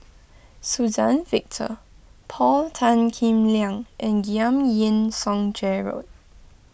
Suzann Victor Paul Tan Kim Liang and Giam Yean Song Gerald